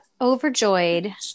overjoyed